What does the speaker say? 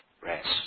rest